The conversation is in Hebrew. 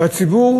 הציבור